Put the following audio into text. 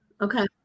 Okay